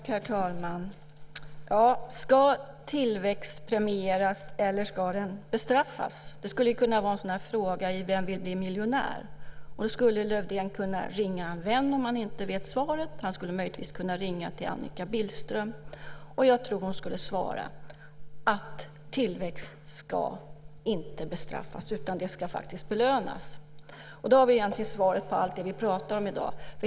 Herr talman! Ska tillväxt premieras eller ska den bestraffas? Det skulle kunna vara en fråga i Vem vill bli miljonär? Lövdén skulle kunna ringa en vän om han inte vet svaret. Han skulle möjligtvis kunna ringa till Annika Billström. Jag tror att hon skulle svara att tillväxt inte ska bestraffas utan faktiskt belönas. Då har vi egentligen svaret på allt det vi pratar om i dag.